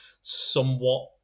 somewhat